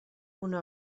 una